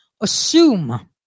assume